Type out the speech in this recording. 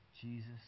Jesus